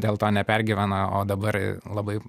dėl to nepergyvena o dabar labai